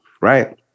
right